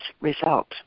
result